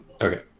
Okay